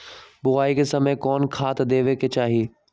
बोआई के समय कौन खाद देवे के चाही?